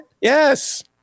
Yes